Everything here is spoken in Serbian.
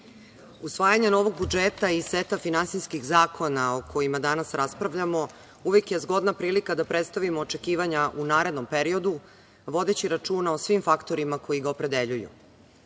usvajanje novog budžeta i seta finansijskih zakona o kojima danas raspravljamo, uvek je zgodna prilika da prestavimo očekivanja u narednom periodu, vodeći računa o svim faktorima koji ga opredeljuju. Budžet